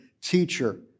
teacher